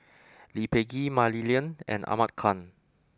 Lee Peh Gee Mah Li Lian and Ahmad Khan